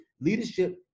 leadership